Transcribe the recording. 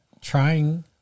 trying